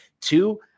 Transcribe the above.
two